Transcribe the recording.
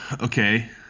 Okay